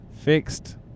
fixed